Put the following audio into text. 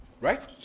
Right